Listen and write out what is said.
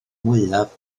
mwyaf